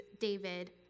David